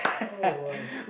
oh my